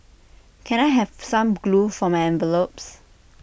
can I have some glue for my envelopes